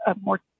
more